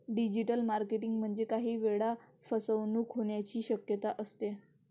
digital marketing मध्ये काही वेळा फसवणूक होण्याची शक्यता असते